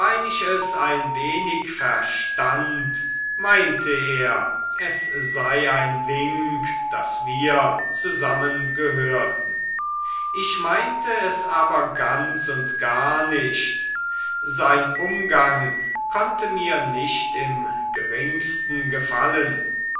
ein wenig verstand meinte er es sei ein wink daß wir zusammengehörten ich meinte es aber ganz und gar nicht sein umgang konnte mir nicht im geringsten gefallen